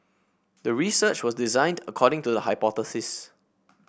the research was designed according to the hypothesis